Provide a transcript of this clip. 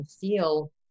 feel